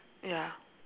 ya